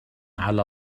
على